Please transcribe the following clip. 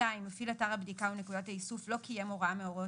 מפעיל אתר הבדיקה או נקודת האיסוף לא קיים הוראה מהוראות